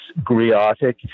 griotic